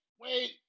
wait